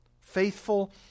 faithful